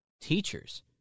teachers